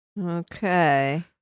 Okay